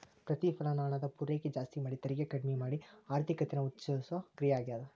ಪ್ರತಿಫಲನ ಹಣದ ಪೂರೈಕೆ ಜಾಸ್ತಿ ಮಾಡಿ ತೆರಿಗೆ ಕಡ್ಮಿ ಮಾಡಿ ಆರ್ಥಿಕತೆನ ಉತ್ತೇಜಿಸೋ ಕ್ರಿಯೆ ಆಗ್ಯಾದ